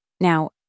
Now